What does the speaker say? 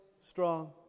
strong